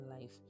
life